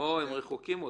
--- הם עוד רחוקים.